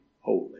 holy